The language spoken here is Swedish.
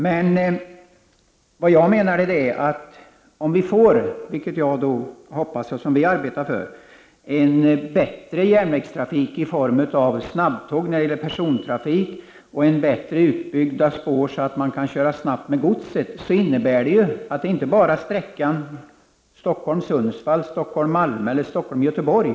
Men jag menar att om vi får en bättre järnvägstrafik i form av snabbtåg när det gäller persontrafik och bättre utbyggda spår så att det går att köra snabbt med gods, vilket jag hoppas på och centerpartiet arbetar för, innebär detta att det inte bara är fråga om sträckan Stockholm-Sundsvall, Stockholm-Malmö eller Stockholm-Göteborg.